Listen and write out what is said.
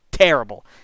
Terrible